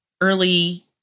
early